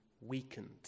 weakened